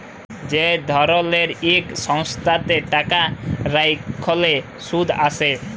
যে ধরলের ইক সংস্থাতে টাকা রাইখলে সুদ আসে